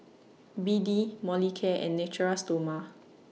B D Molicare and Natura Stoma